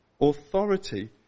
authority